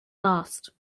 last